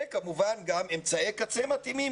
וכמובן אמצעי קצה מתאימים.